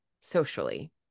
socially